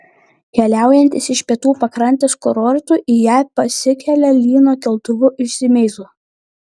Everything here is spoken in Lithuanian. keliaujantys iš pietų pakrantės kurortų į ją pasikelia lyno keltuvu iš simeizo